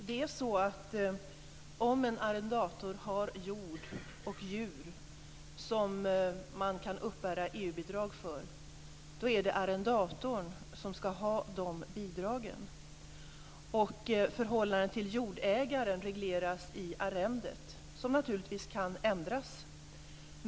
Fru talman! Om en arrendator har jord och djur som man kan uppbära EU-bidrag för är det arrendatorn som skall ha de bidragen. Förhållandet till jordägaren regleras i arrendet, som naturligtvis kan ändras.